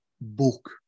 book